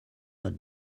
not